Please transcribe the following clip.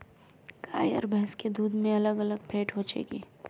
गाय आर भैंस के दूध में अलग अलग फेट होचे की?